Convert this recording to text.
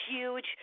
huge